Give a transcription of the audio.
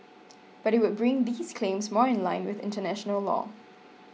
but it would bring these claims more in line with international law